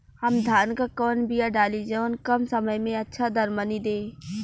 हम धान क कवन बिया डाली जवन कम समय में अच्छा दरमनी दे?